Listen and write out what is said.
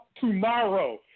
tomorrow